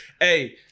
hey